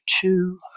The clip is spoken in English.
two